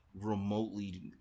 remotely